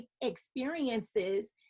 experiences